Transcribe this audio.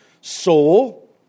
soul